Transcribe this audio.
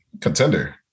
contender